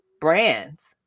brands